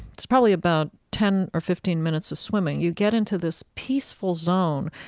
it's probably about ten or fifteen minutes of swimming, you get into this peaceful zone.